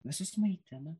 visus maitina